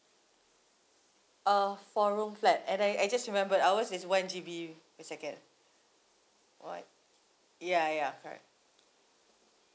uh four room flat and I I just remembered ours is one G_B per second what ya ya correct